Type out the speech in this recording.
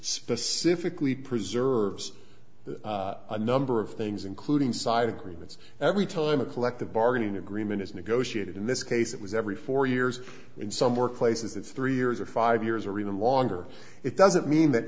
specifically preserves a number of things including side agreements every time a collective bargaining agreement is negotiated in this case it was every four years in some workplaces it's three years or five years or even longer it doesn't mean that